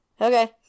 okay